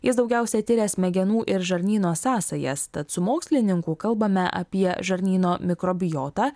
jis daugiausia tiria smegenų ir žarnyno sąsajas tad su mokslininku kalbame apie žarnyno mikrobiotą